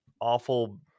awful